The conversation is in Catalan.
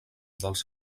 dels